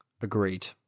Agreed